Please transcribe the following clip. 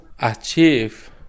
achieve